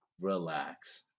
relax